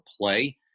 play